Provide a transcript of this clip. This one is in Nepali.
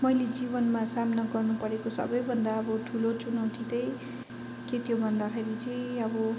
मैले जीवनमा सामना गर्नुपरेको सबैभन्दा बहुत ठुलो चुनौती चाहिँ के थियो भन्दाखेरि चाहिँ अब